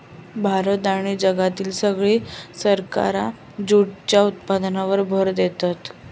भारत आणि जगातली सगळी सरकारा जूटच्या उत्पादनावर भर देतत